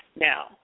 now